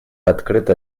открыта